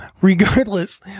regardless